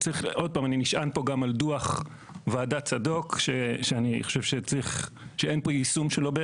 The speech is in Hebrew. אני נשען על דו"ח ועדת צדוק שאין פה יישום שלו,